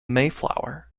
mayflower